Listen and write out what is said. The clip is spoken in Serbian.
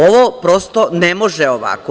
Ovo prosto ne može ovako.